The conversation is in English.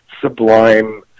sublime